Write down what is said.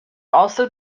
also